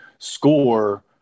score